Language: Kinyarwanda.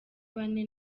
bane